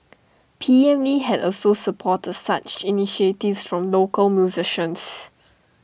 P M lee had also supported such initiatives local musicians